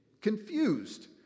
confused